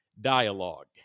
dialogue